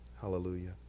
Hallelujah